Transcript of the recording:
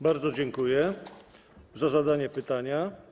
Bardzo dziękuję za zadanie pytania.